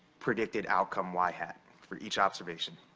predicted outcome y hat for each observation.